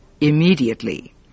immediately